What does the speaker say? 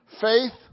faith